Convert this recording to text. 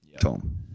Tom